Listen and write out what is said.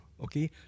okay